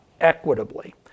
equitably